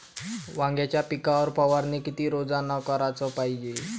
वांग्याच्या पिकावर फवारनी किती रोजानं कराच पायजे?